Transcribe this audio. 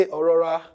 Aurora